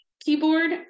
keyboard